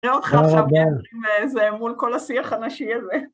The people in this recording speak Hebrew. נראה אותך עכשיו עם איזה מול כל השיח הנשי הזה.